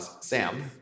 Sam